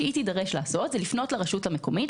היא תידרש לפנות לרשות המקומית,